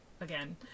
again